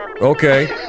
Okay